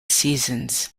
seasons